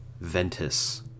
Ventus